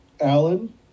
Alan